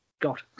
God